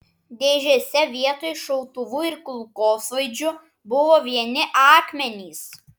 dėžėse vietoj šautuvų ir kulkosvaidžių buvo vieni akmenys